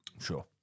Sure